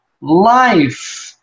life